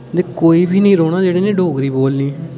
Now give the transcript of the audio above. ते कोई बी नेईं रौह्ना जेह्ड़े ने डोगरी बोलनी